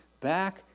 back